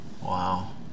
Wow